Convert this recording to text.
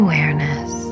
awareness